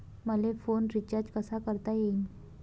मले phone recharge कसा करता येईन?